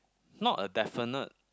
not a definite